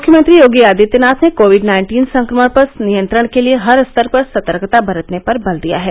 मुख्यमंत्री योगी आदित्यनाथ ने covid nineteen संक्रमण पर नियंत्रण के लिए हर स्तर पर सतर्कता बरतने पर बल दिया है